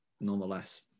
nonetheless